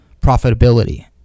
profitability